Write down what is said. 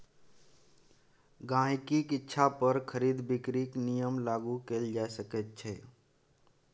गहिंकीक इच्छा पर खरीद बिकरीक नियम लागू कएल जा सकैत छै